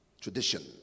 tradition